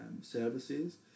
services